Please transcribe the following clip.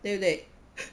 对不对